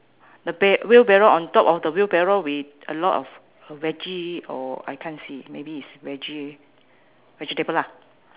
the bar~ wheelbarrow on top of the wheelbarrow with a lot of veggie or I can't see maybe is vege~ vegetable lah